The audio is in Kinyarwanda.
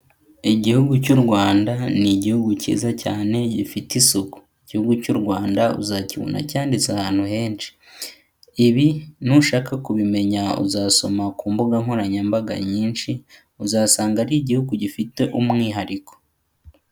Igihugu cy'u Rwanda, ni igihugu cyiza cyane gifite isuku, igihugu cy'u Rwanda uzakibona cyanditse ahantu henshi, ibi nushaka kubimenya, uzasoma ku mbuga nkoranyambaga nyinshi, uzasanga ari igihugu gifite umwihariko.